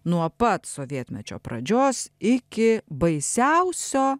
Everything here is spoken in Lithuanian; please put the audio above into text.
nuo pat sovietmečio pradžios iki baisiausio